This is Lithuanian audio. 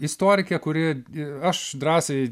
istorikė kuri aš drąsiai